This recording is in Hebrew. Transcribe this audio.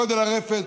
גודל הרפת.